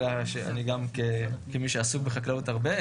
ואני גם כמי שעוסק בחקלאות הרבה יודע,